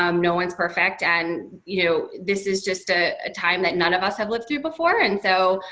um no one's perfect. and, you know this is just a time that none of us have lived through before. and so,